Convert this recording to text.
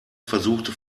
versuchte